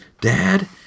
Dad